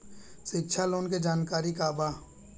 शिक्षा लोन के जानकारी का बा?